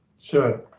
Sure